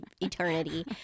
eternity